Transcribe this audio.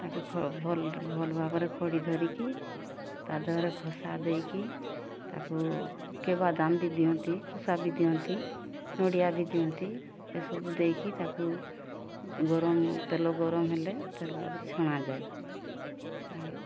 ତାକୁ ଭଲ ଭଲ ଭାବରେ ଖଡ଼ି ଧରିକି ତା ଦେହରେ ଖସା ଦେଇକି ତାକୁ କିଏ ବାଦାମ୍ ବି ଦିଅନ୍ତି ଖସା ବି ଦିଅନ୍ତି ନଡ଼ିଆ ବି ଦିଅନ୍ତି ଏ ସବୁ ଦେଇକି ତାକୁ ଗରମ ତେଲ ଗରମ ହେଲେ ତେଲରେ ଛଣାଯାଏ ଛାଣି